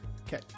Okay